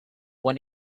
when